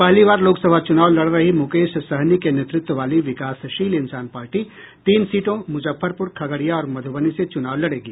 पहली बार लोकसभा चुनाव लड़ रही मुकेश सहनी के नेतृत्व वाली विकासशील इंसान पार्टी तीन सीटों मुजफ्फरपुर खगड़िया और मधुबनी से चूनाव लड़ेगी